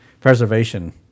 preservation